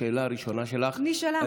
השאלה הראשונה שלך, נשאלה.